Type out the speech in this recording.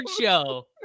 show